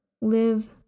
Live